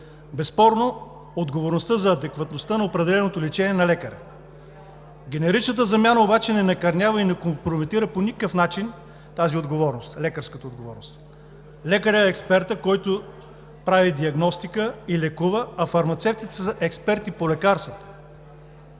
Безспорно отговорността за адекватността на определеното лечение е на лекаря. Генеричната замяна обаче не накърнява и не компрометира по никакъв начин лекарската отговорност. Лекарят е експертът, който прави диагностика и лекува, а фармацевтите са експерти по лекарствата.